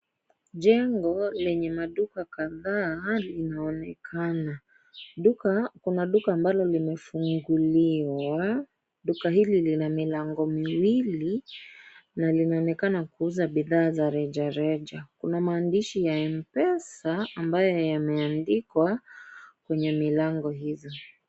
Jengo lenye maduka kadhaa linaonekana. Kuna duka ambalo limefunguliwa. Duka hili lina milango miwili na linaonekana kuuza bidhaa za rejareja. Kuna maandishi ya M-pesa ambayo yameandikwa kwenye milango hizi.